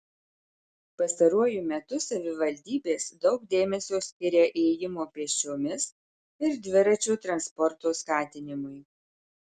pastaruoju metu savivaldybės daug dėmesio skiria ėjimo pėsčiomis ir dviračių transporto skatinimui